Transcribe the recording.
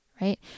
Right